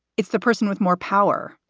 it's the person with more power,